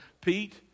Pete